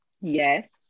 Yes